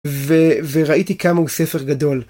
וראיתי כמה הוא ספר גדול.